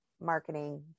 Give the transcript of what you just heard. marketing